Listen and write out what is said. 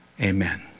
Amen